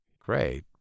great